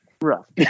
rough